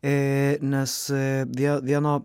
nes dėl vieno